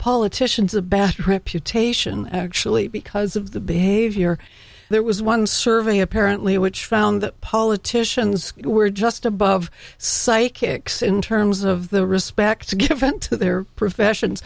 politicians a bad reputation actually because of the behavior there was one survey apparently which found that politicians were just above psychics in terms of the respect to give vent to their profession